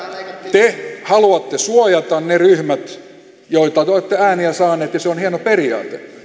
te haluatte suojata ne ryhmät joilta te olette ääniä saaneet ja se on hieno periaate